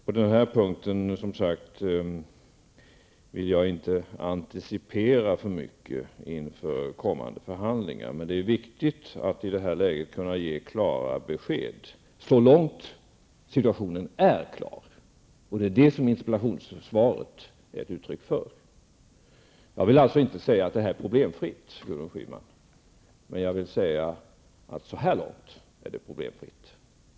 På denna punkt vill jag, som sagt, inte antecipera för mycket inför kommande förhandlingar, men det är viktigt att i detta läge kunna ge klara besked så långt situationen är klar. Det är detta interpellationssvaret är ett uttryck för. Jag vill alltså inte säga att detta är problemfritt, Gudrun Schyman, men jag vill säga att så här långt är det problemfritt.